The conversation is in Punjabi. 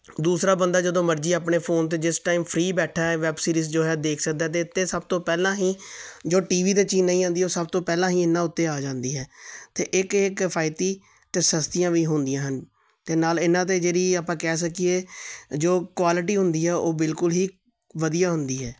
ਦੂਸਰਾ ਬੰਦਾ ਜਦੋਂ ਮਰਜ਼ੀ ਆਪਣੇ ਫੋਨ 'ਤੇ ਜਿਸ ਟਾਈਮ ਫ੍ਰੀ ਬੈਠਾ ਹੈ ਵੈੱਬ ਸੀਰੀਜ਼ ਜੋ ਹੈ ਦੇਖ ਸਕਦਾ ਹੈ ਅਤੇ ਸਭ ਤੋਂ ਪਹਿਲਾਂ ਹੀ ਜੋ ਟੀਵੀ 'ਤੇ ਚੀਜ਼ ਨਹੀਂ ਆਉਂਦੀ ਉਹ ਸਭ ਤੋਂ ਪਹਿਲਾਂ ਹੀ ਇਹਨਾਂ ਉੱਤੇ ਆ ਜਾਂਦੀ ਹੈ ਅਤੇ ਇੱਕ ਇਹ ਕਫ਼ਾਇਤੀ ਅਤੇ ਸਸਤੀਆਂ ਵੀ ਹੁੰਦੀਆਂ ਹਨ ਅਤੇ ਨਾਲ ਇਹਨਾਂ ਦੇ ਜਿਹੜੀ ਆਪਾਂ ਕਹਿ ਸਕੀਏ ਜੋ ਕੁਆਲਿਟੀ ਹੁੰਦੀ ਹੈ ਉਹ ਬਿਲਕੁਲ ਹੀ ਵਧੀਆ ਹੁੰਦੀ ਹੈ